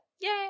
Yay